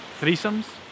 threesomes